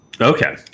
Okay